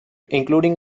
including